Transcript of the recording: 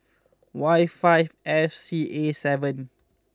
Y five F C A seven